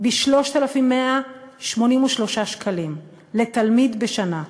ב-3,183 שקלים לתלמיד בשנה.